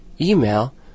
email